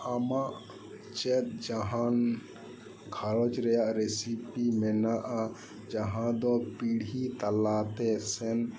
ᱟᱢᱟᱜ ᱪᱮᱫ ᱡᱟᱦᱟᱱ ᱜᱷᱟᱨᱚᱡᱽ ᱨᱮᱭᱟᱜ ᱨᱤᱥᱤᱯᱤ ᱢᱮᱱᱟᱜᱼᱟ ᱡᱟᱦᱟ ᱫᱚ ᱯᱤᱲᱦᱤ ᱛᱟᱞᱟᱛᱮ ᱥᱮᱱ